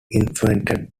influenced